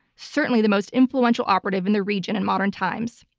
certainly the most influential operative in the region in modern times.